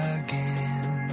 again